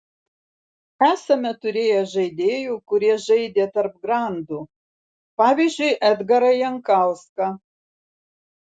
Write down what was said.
esame turėję žaidėjų kurie žaidė tarp grandų pavyzdžiui edgarą jankauską